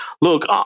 look